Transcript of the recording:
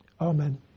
amen